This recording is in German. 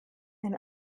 ein